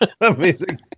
Amazing